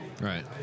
Right